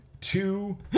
two